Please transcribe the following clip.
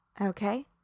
Okay